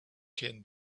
can